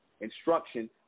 instruction